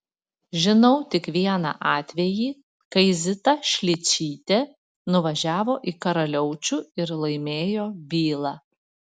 žinau tik vieną atvejį kai zita šličytė nuvažiavo į karaliaučių ir laimėjo bylą